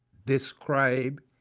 describe